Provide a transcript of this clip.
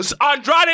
Andrade